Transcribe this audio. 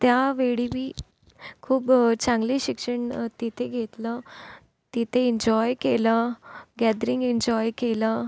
त्यावेळी मी खूप चांगले शिक्षण तिथे घेतलं तिथे एन्जॉय केलं गॅदरिंग एन्जॉय केलं